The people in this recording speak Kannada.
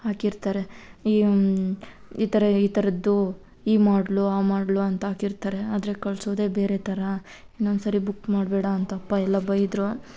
ಹಾಕಿರ್ತಾರೆ ಈ ಈ ಥರ ಈ ಥರದ್ದು ಈ ಮಾಡ್ಲು ಆ ಮಾಡ್ಲು ಅಂತ ಹಾಕಿರ್ತಾರೆ ಆದರೆ ಕಳಿಸೋದೇ ಬೇರೆ ಥರ ಇನ್ನೊಂದ್ಸರಿ ಬುಕ್ ಮಾಡಬೇಡ ಅಂತ ಅಪ್ಪ ಎಲ್ಲ ಬೈದರು